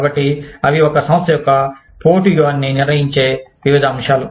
కాబట్టి అవి ఒక సంస్థ యొక్క పోటీ వ్యూహాన్ని నిర్ణయించే వివిధ విషయాలు